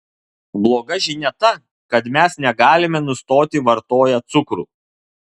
bloga žinia ta kad mes negalime nustoti vartoję cukrų